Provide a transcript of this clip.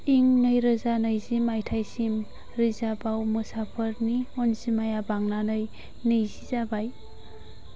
इं नैरोजा नैजि माइथायसिम रिजार्वआव मोसाफोरनि अनजिमाया बांनानै नैजि जाबाय